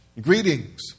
Greetings